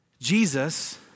Jesus